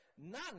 none